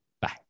Bye